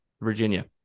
Virginia